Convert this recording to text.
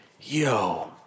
Yo